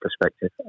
perspective